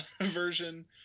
version